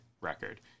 record